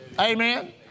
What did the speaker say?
Amen